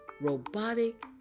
robotic